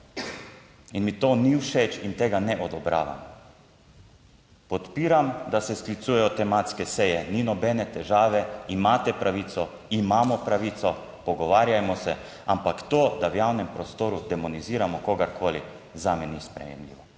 in mi to ni všeč in tega ne odobravam. Podpiram, da se sklicujejo tematske seje, ni nobene težave, imate pravico, imamo pravico, pogovarjajmo se, ampak to, da v javnem prostoru demoniziramo kogarkoli, zame ni sprejemljivo